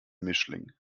mischling